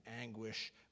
anguish